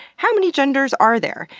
how many genders are there?